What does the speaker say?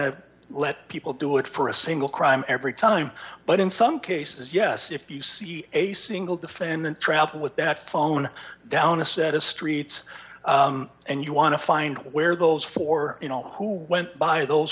to let people do it for a single crime every time but in some cases yes if you see a single defendant travel with that phone down a set of streets and you want to find where those four you know who went by those